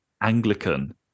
Anglican